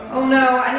oh, no,